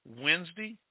Wednesday